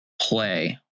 play